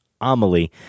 amelie